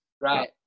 right